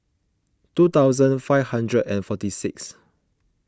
two thousand five hundred and forty six